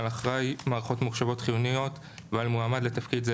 על אחראי מערכות ממוחשבות חיוניות ועל מועמד לתפקיד זה,